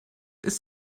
ist